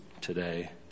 today